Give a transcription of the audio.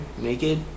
naked